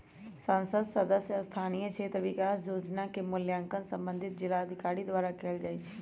संसद सदस्य स्थानीय क्षेत्र विकास जोजना के मूल्यांकन संबंधित जिलाधिकारी द्वारा कएल जाइ छइ